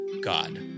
God